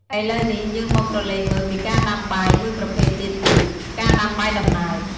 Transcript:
ឥឡុវនេះ យើងមកក្រឡេកមើលពីការដាំបាយមួយប្រភេទទៀតគឺ ការដាំបាយដំណើប។